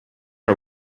are